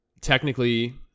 technically